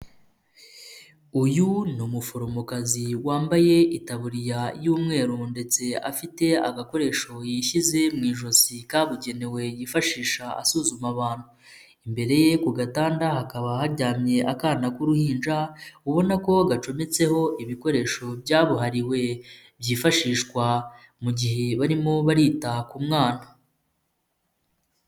Uyu ni umuforomokazi wambaye itaburiya y'umweru ndetse afite agakoresho yishyize mu ijosi kabugenewe yifashisha asuzuma abantu. Imbere ye ku gatanda hakaba haryamye akana k'uruhinja, ubona ko gacometseho ibikoresho byabuhariwe byifashishwa mu gihe barimo barita ku mwana.